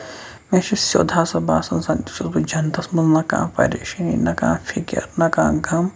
مےٚ چھُ سیٚود ہسا باسان زَن چھُس بہٕ جَنَتس منٛز نہَ کانٛہہ پَریشٲنی نہَ کانٛہہ فِکِر نہَ کانٛہہ غم